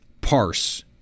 parse